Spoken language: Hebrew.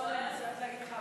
אני מצטערת להגיד לך,